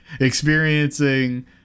experiencing